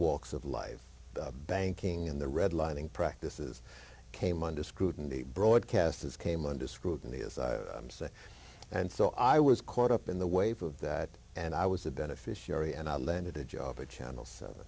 walks of life banking in the redlining practices came under scrutiny broadcasters came under scrutiny as i say and so i was caught up in the wave of that and i was the beneficiary and i landed a job at channel s